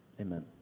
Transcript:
Amen